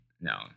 No